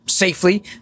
safely